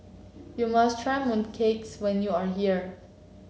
you must try mooncakes when you are here